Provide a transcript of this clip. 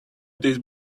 this